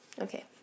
Okay